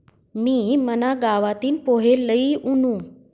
मी मना गावतीन पोहे लई वुनू